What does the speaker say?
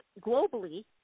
globally